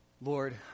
Lord